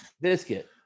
Biscuit